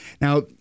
Now